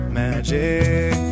magic